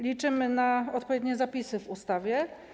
Liczymy tu na odpowiednie zapisy w ustawie.